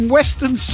Western